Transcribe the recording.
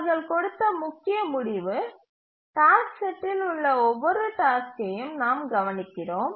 அவர்கள் கொடுத்த முக்கிய முடிவு டாஸ்க் செட்டில் உள்ள ஒவ்வொரு டாஸ்க்கையும் நாம் கவனிக்கிறோம்